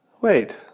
Wait